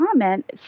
comment